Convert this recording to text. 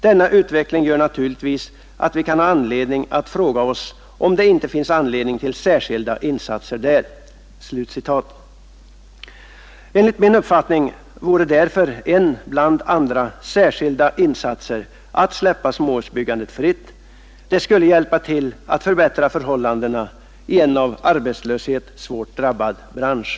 Denna utveckling gör naturligtvis att vi kan ha anledning att fråga oss om det inte finns anledning till särskilda insatser där.” Enligt min uppfattning vore det därför en bland andra särskilda insatser att släppa småhusbyggandet fritt. Det kunde hjälpa till att förbättra förhållandena i en av arbetslöshet svårt drabbad bransch.